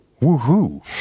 woohoo